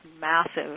massive